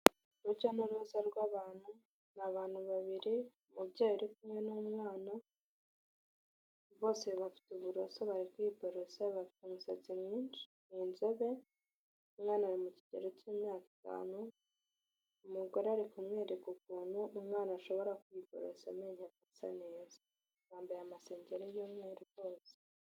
Urujya n'uruza rw'abantu ni abantu babiri umubyeyi ari kumwe n'umwana bose bafite uburoso bari kwiborosa, bafite umusatsi mwinshi ni inzobe, umwana ari mu kigero cy'imyaka itanu, umugore ari kumwereka ukuntu umwana ashobora kwiborosa amenyo agasa neza. Bambaye amasengeri y'umweru bose.